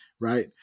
right